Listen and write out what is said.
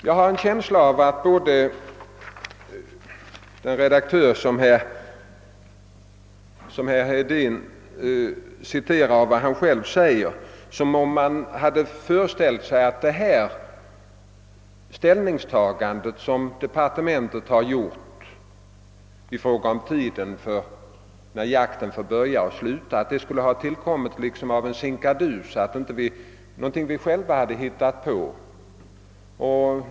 Jag har en känsla av att både den redaktör som herr Hedin citerar och han själv föreställt sig att det ställningstagande, som departementet gjort beträffande tiden för när jakten får börja och skall sluta, skulle ha tillkommit liksom av en sinkadus, att det skulle vara någonting som vi själva hittat på.